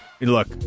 look